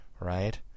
right